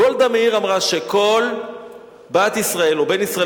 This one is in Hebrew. גולדה מאיר אמרה שכל בת ישראל או בן ישראל